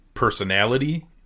personality